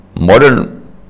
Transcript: modern